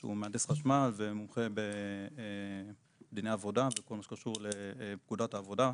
שהוא מהנדס חשמל ומומחה בדיני העבודה וכל מה שקשור בפקודת העבודה.